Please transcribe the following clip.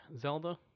Zelda